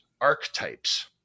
archetypes